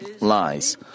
lies